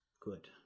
Good